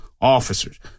officers